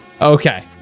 Okay